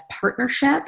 partnership